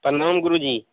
प्रणाम गुरुजी